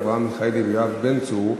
אברהם מיכאלי ויואב בן צור.